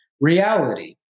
reality